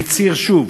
והצהיר שוב: